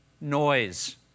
Noise